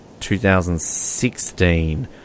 2016